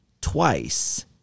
twice